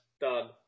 Done